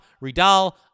Ridal